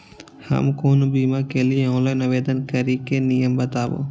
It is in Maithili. हम कोनो बीमा के लिए ऑनलाइन आवेदन करीके नियम बाताबू?